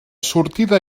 sortida